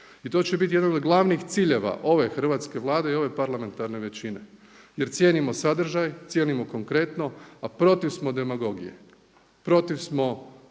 I to će biti jedan od glavnih ciljeva ove hrvatske Vlade i ove parlamentarne većine jer cijenimo sadržaj, cijenimo konkretno, a protiv smo demagogije, protiv smo